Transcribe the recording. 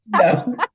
No